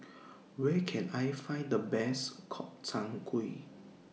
Where Can I Find The Best Gobchang Gui